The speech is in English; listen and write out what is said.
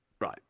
right